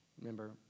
Remember